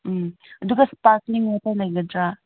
ꯎꯝ ꯑꯗꯨꯒ ꯂꯩꯒꯗ꯭ꯔꯥ